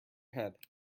head